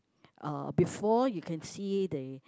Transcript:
uh before you can see they